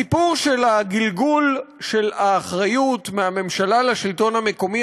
הסיפור של הגלגול של האחריות מהממשלה לשלטון המקומי,